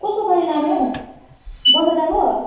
कोसको गाडी लाने हौ वर्षा दादाको